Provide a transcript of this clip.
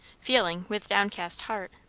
feeling with downcast heart,